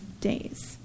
days